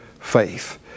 faith